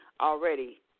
already